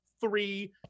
three